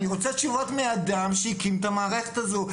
אני רוצה תשובות מהאדם שהקים את המערכת הזו.